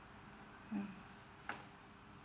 mm